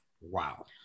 Wow